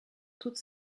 toute